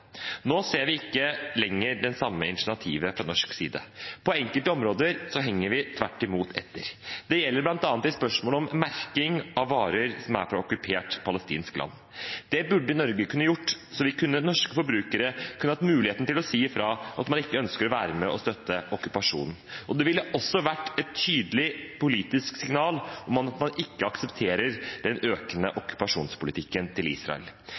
Nå ser vi ikke lenger det samme initiativet fra norsk side. På enkelte områder henger vi tvert imot etter. Det gjelder bl.a. i spørsmålet om merking av varer som er fra okkupert palestinsk land. Dette burde Norge kunne gjort, så norske forbrukere kunne hatt mulighet til å si fra at man ikke ønsker å være med og støtte okkupasjonen. Det ville også vært et tydelig politisk signal om at man ikke aksepterer okkupasjonspolitikken til Israel.